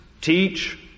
teach